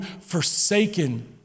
forsaken